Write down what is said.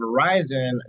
Verizon